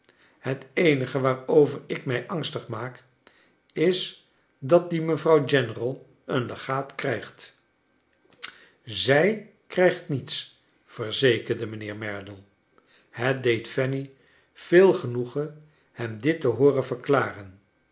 het eenige waarover ik mij angstig maak is dat die mevrouw general een legaat krijgt z ij krijgt niets verzekerde mijnheer merdle het deed fanny veel genoegen hem dit te hooren verklaren